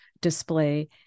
display